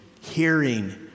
hearing